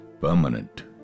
permanent